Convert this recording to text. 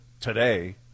today